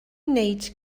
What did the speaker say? wneud